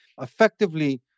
effectively